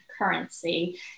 Currency